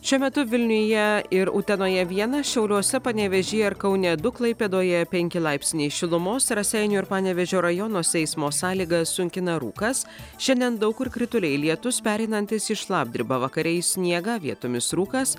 šiuo metu vilniuje ir utenoje vienas šiauliuose panevėžyje ir kaune du klaipėdoje penki laipsniai šilumos raseinių ir panevėžio rajonuose eismo sąlygas sunkina rūkas šiandien daug kur krituliai lietus pereinantis į šlapdribą vakare į sniegą vietomis rūkas